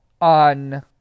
On